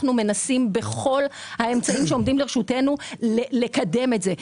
אנחנו מנסים בכל האמצעים שעומדים לרשותנו לקדם את זה.